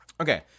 Okay